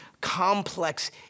complex